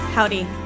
Howdy